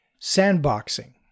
Sandboxing